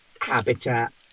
habitat